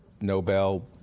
Nobel